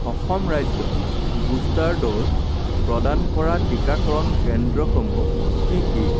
অসম ৰাজ্যত booster dose প্ৰদান কৰা টিকাকৰণ কেন্দ্ৰসমূহ কি কি